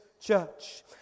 church